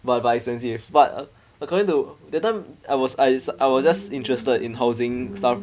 but but expensive but according to that time I was I was just interested in housing stuff